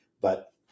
But-